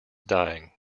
dying